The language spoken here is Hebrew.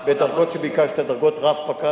רק רגע, מה שאני מבקש, לקרוא את השאילתא.